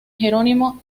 jerónimo